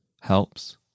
helps